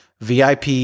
VIP –